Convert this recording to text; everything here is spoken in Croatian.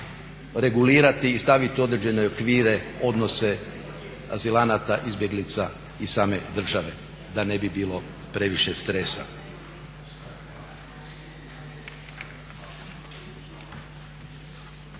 regulirati i staviti u određene okvire odnose azilanata, izbjeglica i same države da ne bi bilo previše stresa.